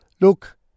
look